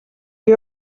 que